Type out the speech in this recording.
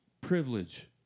privilege